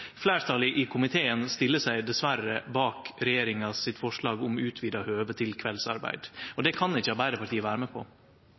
fleirtalet i komiteen stiller seg dessverre bak regjeringa sitt forslag om utvida høve